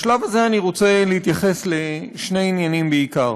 בשלב הזה אני רוצה להתייחס לשני עניינים בעיקר: